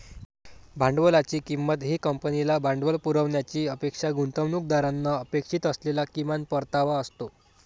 भांडवलाची किंमत ही कंपनीला भांडवल पुरवण्याची अपेक्षा गुंतवणूकदारांना अपेक्षित असलेला किमान परतावा असतो